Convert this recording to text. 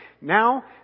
Now